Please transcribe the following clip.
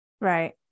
Right